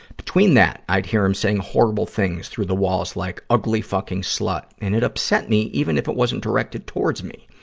between that, i'd hear him saying horrible things through the walls, like, ugly fucking slut. and it upset, even if it wasn't directed towards me.